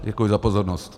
Děkuji za pozornost.